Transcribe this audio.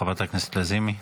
חברת הכנסת לזימי,